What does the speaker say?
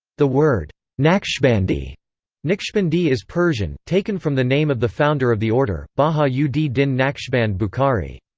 the word naqshbandi naqshbandi is persian, taken from the name of the founder of the order, baha-ud-din naqshband bukhari.